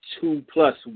two-plus